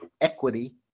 equity